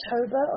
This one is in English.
October